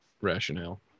rationale